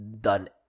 done